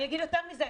אגיד יותר מזה,